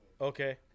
Okay